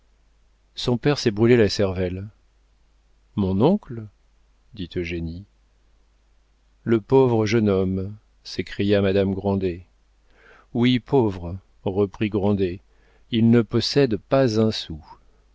son père s'est brûlé la cervelle mon oncle dit eugénie le pauvre jeune homme s'écria madame grandet oui pauvre reprit grandet il ne possède pas un sou